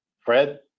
fred